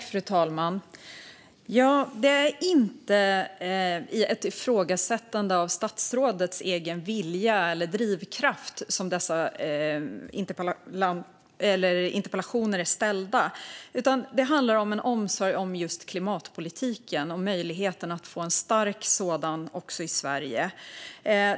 Fru talman! Dessa interpellationer är inte ställda som ett ifrågasättande av statsrådets egen vilja eller drivkraft, utan det handlar om omsorg om klimatpolitiken och möjligheten att få en stark sådan också i Sverige.